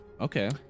Okay